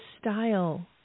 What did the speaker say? style